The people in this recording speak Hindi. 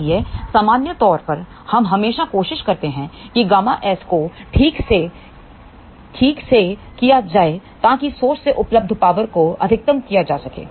इसलिए सामान्य तौर पर हम हमेशा कोशिश करते हैं किƬSको ठीक से किया जाए ताकि सोर्स से उपलब्ध पावर को अधिकतम किया जा सके